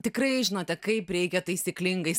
tikrai žinote kaip reikia taisyklingai